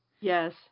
Yes